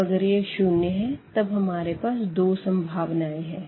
तो अगर यह शून्य है तब हमारे पास दो सम्भावनायें है